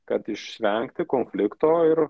kad išvengti konflikto ir